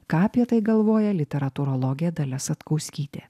ką apie tai galvoja literatūrologė dalia satkauskytė